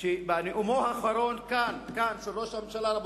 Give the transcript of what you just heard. שבנאומו האחרון של ראש הממשלה כאן,